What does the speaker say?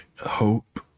hope